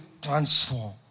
transform